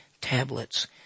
tablets